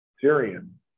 Syrian